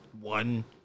one